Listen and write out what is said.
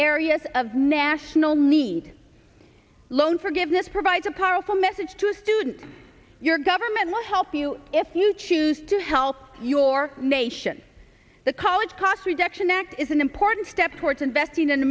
areas of national need loan forgiveness provides a powerful message to students your government will help you if you choose to help your nation the college cost reduction act is an important step towards investing in